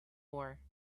war